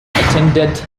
attended